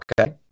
okay